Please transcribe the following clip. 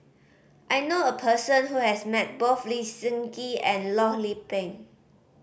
I know a person who has met both Lee Seng Gee and Loh Lik Peng